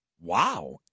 wow